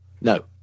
No